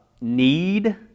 need